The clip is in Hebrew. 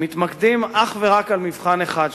מתמקדים אך ורק במבחן אחד,